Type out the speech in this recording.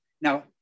Now